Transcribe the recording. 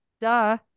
Duh